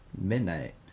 midnight